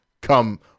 come